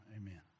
amen